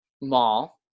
mall